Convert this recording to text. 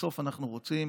בסוף אנחנו רוצים